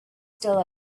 still